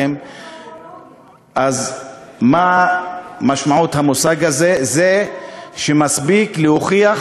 אז משמעות המושג הזה היא שמספיק להוכיח